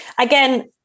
Again